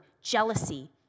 jealousy